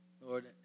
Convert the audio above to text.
Lord